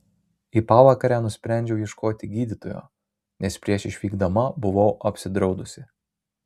į pavakarę nusprendžiau ieškoti gydytojo nes prieš išvykdama buvau apsidraudusi